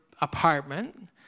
apartment